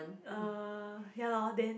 uh ya lor then